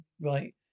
Right